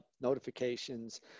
notifications